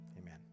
Amen